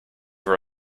her